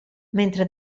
mentre